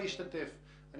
לקחת חלק ולהשתתף בעלויות.